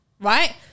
Right